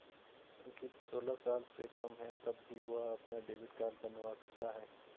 अंकित सोलह साल से कम है तब भी वह अपना डेबिट कार्ड बनवा सकता है